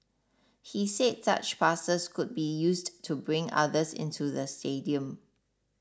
he said such passes could be used to bring others into the stadium